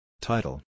Title